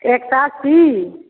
एक सओ अस्सी